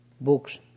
books